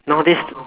nowadays